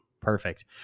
Perfect